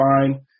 fine